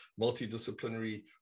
multidisciplinary